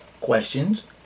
questions